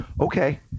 okay